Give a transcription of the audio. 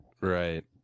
Right